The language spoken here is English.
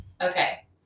Okay